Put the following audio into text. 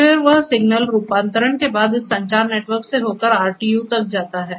फिर वह सिग्नल रूपांतरण के बाद इस संचार नेटवर्क से होकर RTU तक जाता है